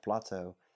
plateau